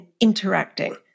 interacting